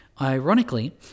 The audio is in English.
Ironically